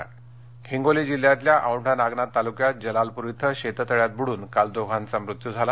बुडनमत्य हिंगोली हिंगोली जिल्ह्यातल्या औंढा नागनाथ तालुक्यात जलालपूर क्वें शेततळ्यात बुडून काल दोघांचा मृत्यू झाला